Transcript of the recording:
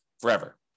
forever